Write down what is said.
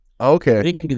Okay